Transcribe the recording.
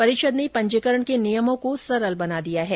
परिषद ने पंजीकरण के नियमों को सरल बना दिया है